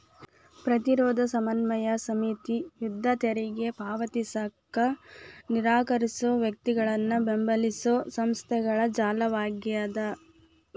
ಪ್ರತಿರೋಧ ಸಮನ್ವಯ ಸಮಿತಿ ಯುದ್ಧ ತೆರಿಗೆ ಪಾವತಿಸಕ ನಿರಾಕರ್ಸೋ ವ್ಯಕ್ತಿಗಳನ್ನ ಬೆಂಬಲಿಸೊ ಸಂಸ್ಥೆಗಳ ಜಾಲವಾಗ್ಯದ